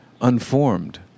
unformed